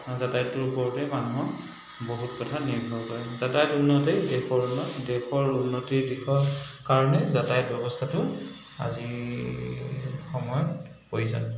যাতায়তটোৰ ওপৰতেই মানুহৰ বহুত কথা নিৰ্ভৰ কৰে যাতায়ত উন্নতেই দেশৰ উন্নত দেশৰ উন্নতিৰ দিশত কাৰণেই যাতায়ত ব্যৱস্থাটো আজিৰ সময়ত প্ৰয়োজন